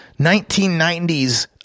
1990s